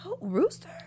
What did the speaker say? Rooster